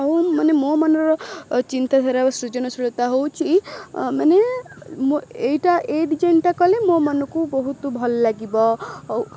ଆଉ ମାନେ ମୋ ମାନର ଚିନ୍ତାଧାରା ସୃଜନଶୀଳତା ହେଉଛି ମାନେ ଏଇଟା ଏଇ ଡିଜାଇନ୍ଟା କଲେ ମୋ ମାନଙ୍କୁ ବହୁତ ଭଲ ଲାଗିବ ଆଉ